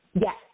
Yes